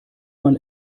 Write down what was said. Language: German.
man